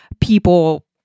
people